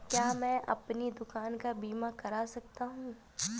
क्या मैं अपनी दुकान का बीमा कर सकता हूँ?